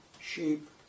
sheep